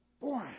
Boy